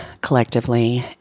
collectively